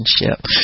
relationship